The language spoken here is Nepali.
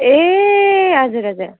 ए हजुर हजुर